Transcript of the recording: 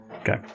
okay